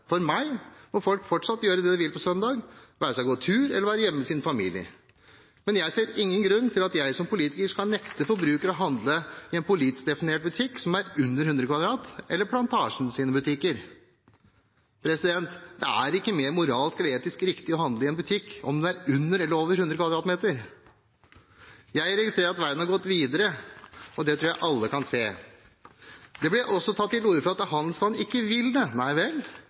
For meg må folk fortsatt gjøre det de vil på søndag, det være seg å gå tur eller å være hjemme med familien sin. Men jeg ser ingen grunn til at jeg som politiker skal nekte forbrukere å handle i en politisk definert butikk som er under 100 km2 eller Plantasjens butikker. Det er ikke mer moralsk eller etisk riktig å handle i en butikk om den er under eller over 100 km2. Jeg registrerer at verden har gått videre, og det tror jeg alle kan se. Det ble også tatt til orde for at handelsstanden ikke vil det. Nei vel